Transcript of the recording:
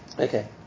Okay